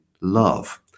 love